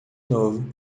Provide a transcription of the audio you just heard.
novo